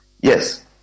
yes